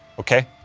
ok?